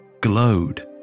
glowed